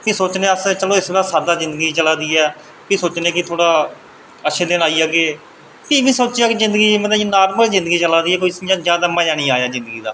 ते एह् सोचने अस कि चलो इसलै साद्दा जिंदगी चला दी ऐ भी सोचने थोह्ड़ा अच्छे दिन आई जाह्गे फ्ही बी सेचेआ कि मतलब नॉर्मल जिंदगी चला दी ऐ इंया जादै मज़ा निं आया जिंदगी दा